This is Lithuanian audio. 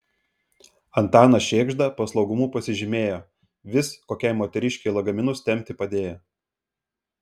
antanas šėgžda paslaugumu pasižymėjo vis kokiai moteriškei lagaminus tempti padėjo